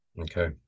okay